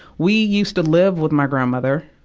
we used to live with my grandmother.